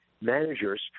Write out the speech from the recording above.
managers